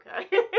okay